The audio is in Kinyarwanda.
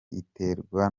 iterwa